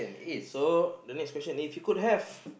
so the next question if you could have